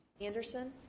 Anderson